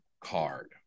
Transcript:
card